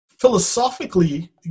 philosophically